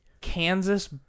Kansas